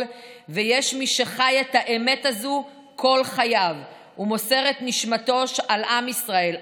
ויש מי שחי את האמת הזו כל חייו ומוסר את נשמתו על עם ישראל,